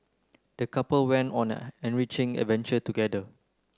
the couple went on an enriching adventure together